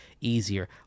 easier